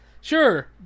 Sure